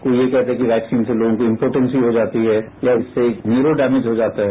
कोई ये कहता है कि वैक्सीन से लोगों की इम्पोटेंसी हो जाती है या उससे न्यूरो डैमेज हो जाता है